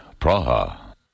Praha